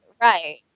Right